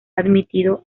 admitido